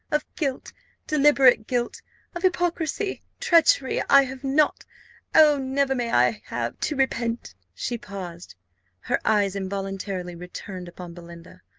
of guilt deliberate guilt of hypocrisy treachery i have not oh, never may i have to repent! she paused her eyes involuntarily returned upon belinda.